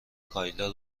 کایلا